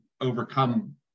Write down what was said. overcome